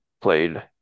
played